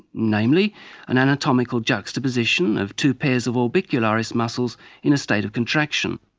namely an anatomical juxtaposition of two pairs of orbicularis muscles in a state of contraction.